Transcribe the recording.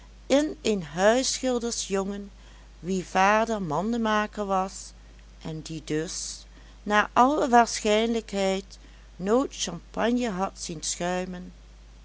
in een huisschildersjongen wiens vader mandemaker was en die dus naar alle waarschijnlijkheid nooit champagne had zien schuimen